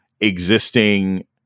existing